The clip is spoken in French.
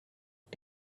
est